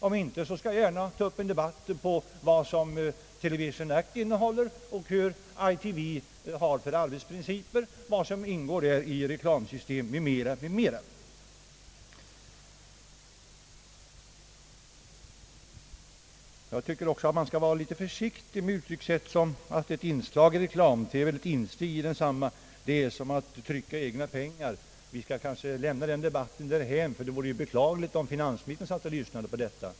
Om inte skall jag gärna ta upp en debatt om vad som »Television Act» innehåller och hur ITV arbetar, vad som ingår där i fråga om reklamsystem m.m. Jag tycker också att man skall vara litet försiktig med uttryckssätt som att ett insteg i reklam-TV är som att få trycka egna pengar. Vi skall lämna den debatten därhän, ty det vore beklagligt om finansministern satt och lyssnade på detta.